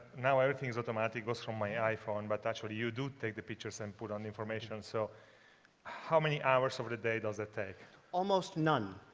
now everything automatically goes from my iphone, but actually you do take the pictures and put on information. so how many hours of the day does that take? he almost none.